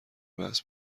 بحث